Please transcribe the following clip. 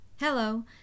Hello